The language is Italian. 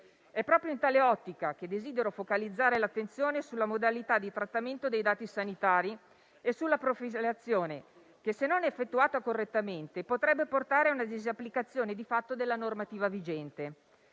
È proprio in tale ottica che desidero focalizzare l'attenzione sulla modalità di trattamento dei dati sanitari e sulla profilazione che, se non effettuata correttamente, potrebbe portare a una disapplicazione di fatto della normativa vigente.